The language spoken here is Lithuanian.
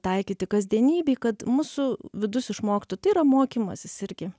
taikyti kasdienybėj kad mūsų vidus išmoktų tai yra mokymasis irgi